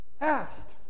ask